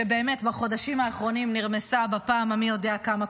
שבאמת בחודשים האחרונים נרמסה בפעם המי יודע כמה,